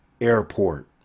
airport